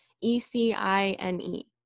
e-c-i-n-e